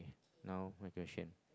now my question